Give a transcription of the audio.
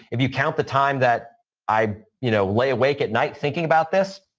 if you count the time that i you know lay awake at night thinking about this,